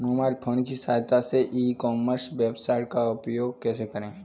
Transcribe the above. Mobile phone की सहायता से ई कॉमर्स वेबसाइट का उपयोग कैसे करें?